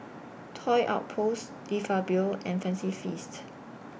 Toy Outpost De Fabio and Fancy Feast